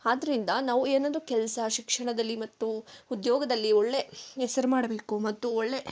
ಆದ್ರಿಂದ ನಾವು ಏನೊಂದು ಕೆಲಸ ಶಿಕ್ಷಣದಲ್ಲಿ ಮತ್ತು ಉದ್ಯೋಗದಲ್ಲಿ ಒಳ್ಳೆ ಹೆಸರು ಮಾಡಬೇಕು ಮತ್ತು ಒಳ್ಳೆ